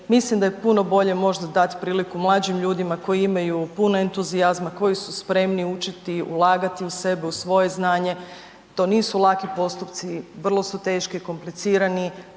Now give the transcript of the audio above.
mislim da je puno bolje možda dati priliku mlađim ljudima koji imaju puno entuzijazma, koji su spremni učiti, ulagati u sebe, u svoje znanje, to nisu laki postupci, vrlo su teški, komplicirani,